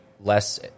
less